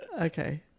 okay